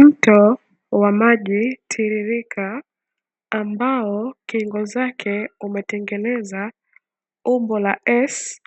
Mto wa maji tiririka ambao kingo zake umetengeneza umbo la ''s''